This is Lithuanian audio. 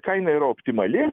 kaina yra optimali